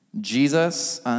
Jesus